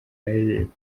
yaririmba